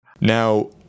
Now